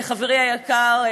חברי היקר,